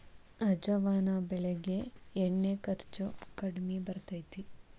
ಅಜವಾನ ಬೆಳಿಗೆ ಎಣ್ಣಿ ಖರ್ಚು ಕಡ್ಮಿ ಬರ್ತೈತಿ